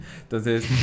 Entonces